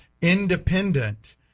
independent